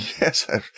Yes